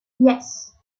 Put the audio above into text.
yes